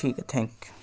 ठीक आहे थँक्यू